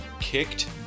kicked